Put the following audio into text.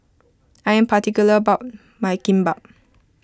I am particular about my Kimbap